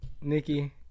Nikki